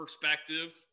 perspective